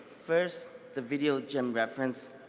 first, the video jim referenced,